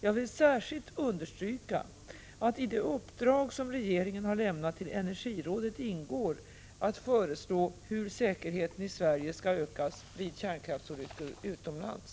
Jag vill särskilt understryka att i det uppdrag som regeringen har lämnat till energirådet ingår att föreslå hur säkerheten i Sverige skall ökas vid kärnkraftsolyckor utomlands.